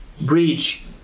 bridge